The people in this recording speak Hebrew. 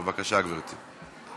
בבקשה, גברתי,